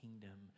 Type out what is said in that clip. kingdom